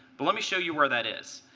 but let me show you where that is.